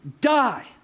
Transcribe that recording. die